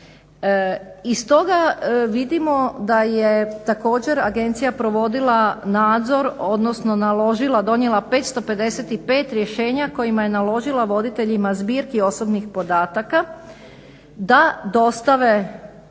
I stoga vidimo da je također agencija provodila nadzor odnosno naložila, donijela 555 rješenja kojima je naložila voditeljima zbirki osobnih podataka da dostave